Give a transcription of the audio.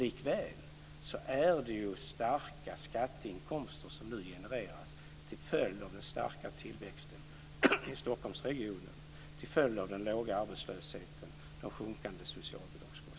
Likväl är det starka skatteinkomster som nu genereras till följd av den starka tillväxten i Stockholmsregionen, den låga arbetslösheten och de sjunkande socialbidragskostnaderna.